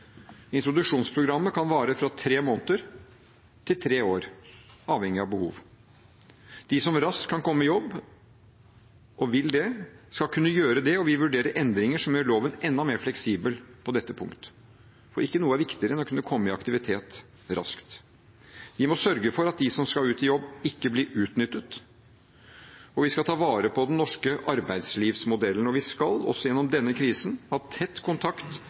Introduksjonsprogrammet kan vare fra tre måneder til tre år, avhengig av behov. De som raskt kan komme i jobb – og vil det – skal kunne gjøre det, og vi vurderer endringer som gjør loven enda mer fleksibel på dette punktet. Ikke noe er viktigere enn å kunne komme i aktivitet raskt. Vi må sørge for at de som skal ut i jobb, ikke blir utnyttet. Vi skal ta vare på den norske arbeidslivsmodellen, og vi skal – også gjennom denne krisen – ha tett kontakt